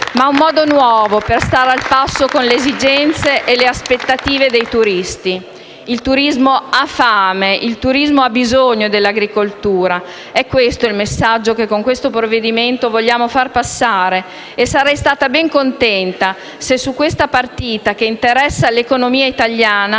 È un modo nuovo per stare al passo con le esigenze e le aspettative dei turisti. Il turismo ha fame, il turismo ha bisogno dell'agricoltura e questo è il messaggio che con il provvedimento in esame vogliamo far passare. Sarei stata ben contenta se su questa partita che interessa l'economia italiana